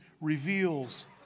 reveals